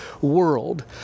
world